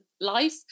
life